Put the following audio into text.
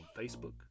Facebook